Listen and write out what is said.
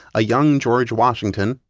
a young george washington,